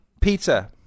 Peter